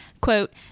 quote